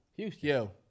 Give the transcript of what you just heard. Yo